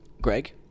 Greg